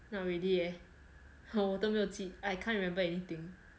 not really leh 我都没有记 I can't remember anything